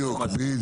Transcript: סעדה,